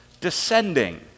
descending